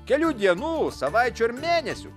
kelių dienų savaičių ar mėnesių